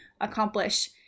accomplish